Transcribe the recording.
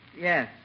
Yes